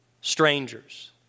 Strangers